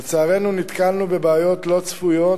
לצערנו, נתקלנו בבעיות לא צפויות,